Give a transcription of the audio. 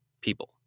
people